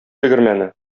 тегермәне